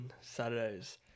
Saturdays